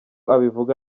abivuga